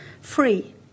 free